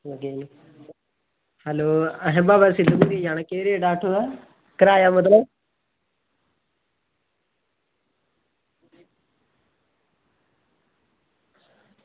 hello असें बाबा सिद्ध गोरिया दे जाना केह् रेट ऐ थुआढ़ा किराया मतलब